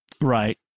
right